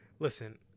Listen